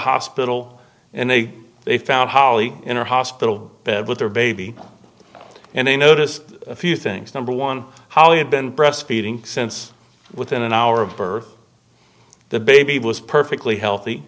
hospital and they they found holly in her hospital bed with their baby and they noticed a few things number one how they had been breastfeeding since within an hour of birth the baby was perfectly healthy